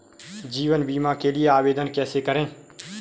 जीवन बीमा के लिए आवेदन कैसे करें?